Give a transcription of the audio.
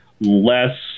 less